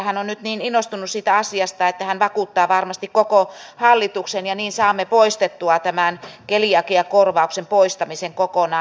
hän on nyt niin innostunut siitä asiasta että hän vakuuttaa varmasti koko hallituksen ja niin saamme poistettua tämän keliakiakorvauksen poistamisen kokonaan